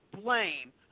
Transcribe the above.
blame